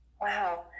Wow